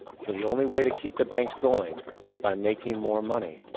for the only way to keep the banks going is by making more money.